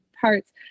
parts